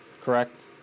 Correct